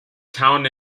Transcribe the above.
town